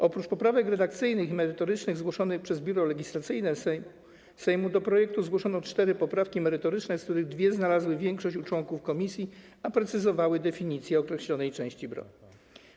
Oprócz poprawek redakcyjnych i merytorycznych zgłoszonych przez Biuro Legislacyjne Sejmu do projektu zgłoszono cztery poprawki merytoryczne, z których dwie znalazły większość u członków komisji, a precyzowały definicję określonej części broni.